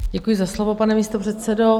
Děkuji za slovo, pane místopředsedo.